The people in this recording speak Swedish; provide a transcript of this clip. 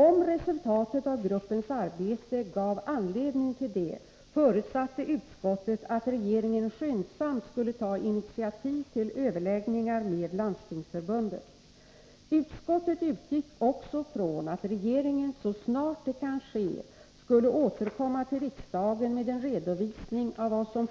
Om resultatet av gruppens arbete gav anledning till det, förutsatte utskottet att regeringen skyndsamt skulle ta initiativ till överläggningar med Landstingsförbundet. Utskottet utgick också från att regeringen så snart det kan ske skulle återkomma till riksdagen med en redovisning av vad som